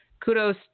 kudos